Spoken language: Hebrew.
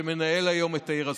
שמנהל היום את העיר הזאת.